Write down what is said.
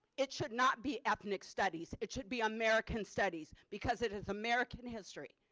it should not be ethnic studies. it should be american studies because it is american history.